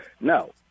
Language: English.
No